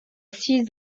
six